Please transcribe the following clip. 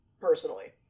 personally